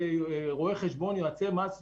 אחת ממהפכות המיסוי הגדולות